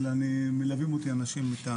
אבל אני מלווים אותי אנשים מטעם בטיחות.